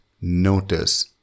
notice